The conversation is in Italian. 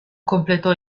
completò